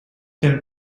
then